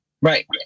Right